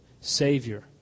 Savior